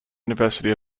university